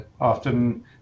often